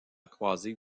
croisée